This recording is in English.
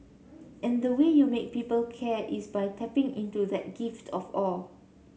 and the way you make people care is by tapping into that gift of awe